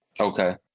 Okay